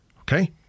Okay